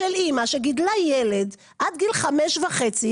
של אמא שגידלה ילד עד גיל חמש וחצי,